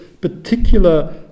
particular